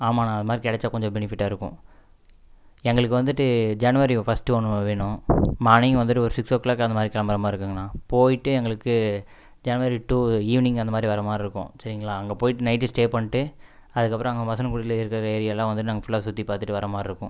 ஆமாண்ணா அதை மாதிரி கிடைச்சா கொஞ்சம் பெனிஃபிட்டா இருக்கும் எங்களுக்கு வந்துட்டு ஜனவரி ஃபஸ்ட்டு ஒன்ல வேணும் மார்னிங் வந்துட்டு ஒரு சிக்ஸ் ஓ க்ளாக் அந்த மாதிரி கிளம்புற மாதிரி இருக்குங்கண்ணா போயிட்டு எங்களுக்கு ஜனவரி டூ ஈவினிங் அந்த மாதிரி வர மாதிரி இருக்கும் சரிங்களா அங்கே போயிட்டு நைட்டு ஸ்டே பண்ணிட்டு அதுக்கப்புறம் அங்கே வசனக்குடிலே இருக்கிற ஏரியாலாம் வந்து நாங்கள் ஃபுல்லா சுற்றி பார்த்துட்டு வர மாதிரி இருக்கும்